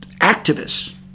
activists